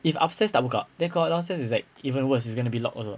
if upstairs tak buka then korang downstairs is like even worse it's gonna be locked also